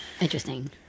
Interesting